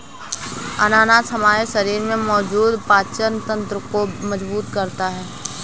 अनानास हमारे शरीर में मौजूद पाचन तंत्र को मजबूत करता है